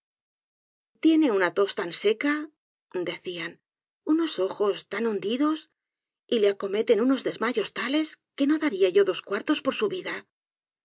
tiene una tos tan seca decían unos ojos tan hundidos y le acometen unos desmayos tales que no daría yo dos cuartos por su vida